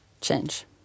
change